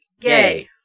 Gay